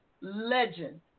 legend